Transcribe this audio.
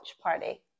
party